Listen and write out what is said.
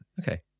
okay